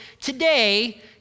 today